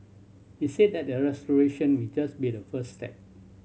he said that the restoration will just be the first step